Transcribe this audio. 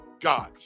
God